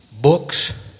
books